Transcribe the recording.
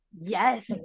Yes